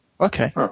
Okay